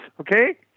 okay